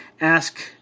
Ask